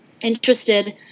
interested